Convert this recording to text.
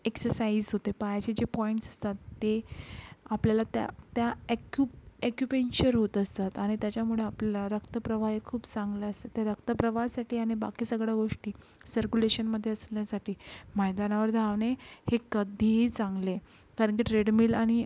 exercise होते पायाचे जे पॉईंट्स असतात ते आपल्याला त्या त्या अॅक्यु अॅक्युपेंचर होत असतात आणि त्याच्यामुळे आपल्याला रक्तप्रवाह हे खूप चांगला असते ते रक्तप्रवाहासाठी आणि बाकी सगळ्या गोष्टी सर्कुलेशनमधे असण्यासाठी मैदानावर धावणे हे कधीही चांगले कारण की ट्रेडमिल आणि